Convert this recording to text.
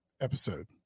episode